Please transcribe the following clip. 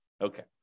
Okay